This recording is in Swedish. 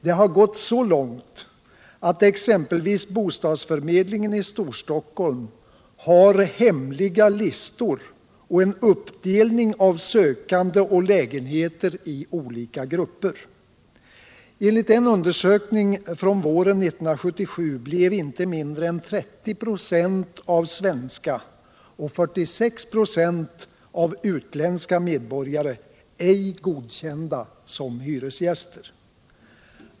Det har gått så långt att exempelvis bostadsförmedlingen i Storstockholm har ”hemliga” listor och en uppdelning av sökande och lägenheter i olika grupper. Enligt en undersökning från våren 1977 blev inte mindre än 30 96 av de svenska och 46 4 av de utländska medborgarna ej godkända som hyresgäster.